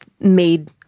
made